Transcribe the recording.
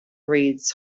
reads